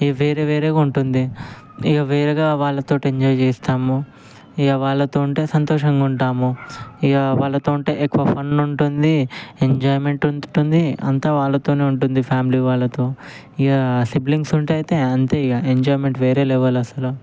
ఇక వేరే వేరేగా ఉంటుంది ఇక వేరేగా వాళ్ళతోటి ఎంజాయ్ చేస్తాము ఇక వాళ్ళతో ఉంటే సంతోషంగా ఉంటాము ఇక వాళ్ళతో ఉంటే ఎక్కువ ఫన్ ఉంటుంది ఎంజాయ్మెంట్ ఉంటుంది అంతా వాళ్ళతోనే ఉంటుంది ఫ్యామిలీ వాళ్ళతో ఇక సిబ్లింగ్స్ ఉంటే అయితే అంతే ఇక ఎంజాయ్మెంట్ వేరే లెవల్ ఆసల